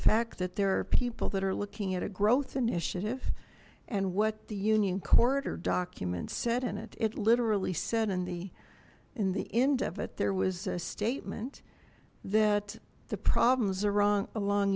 fact that there are people that are looking at a growth initiative and what the union corridor documents said in it it literally said in the in the end of it there was a statement that the problems are wrong along